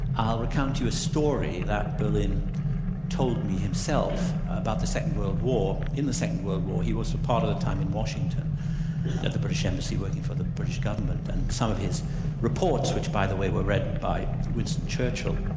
ah come to a story that berlin told me himself about the second world war. in the second world war he was for part of the time in washington at the british embassy working for the british government, and some of his reports, which by the way were read by winston churchill,